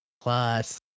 Plus